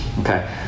Okay